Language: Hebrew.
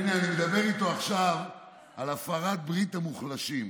הינה, אני מדבר איתו עכשיו על הפרת ברית המוחלשים.